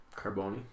Carboni